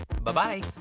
Bye-bye